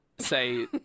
say